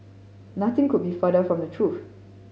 nothing could be further from the truth